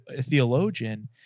theologian